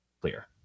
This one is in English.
clear